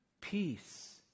Peace